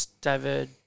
David